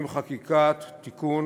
עם חקיקת תיקון